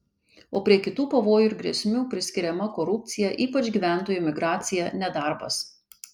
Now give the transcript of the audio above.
o prie kitų pavojų ir grėsmių priskiriama korupcija ypač gyventojų emigracija nedarbas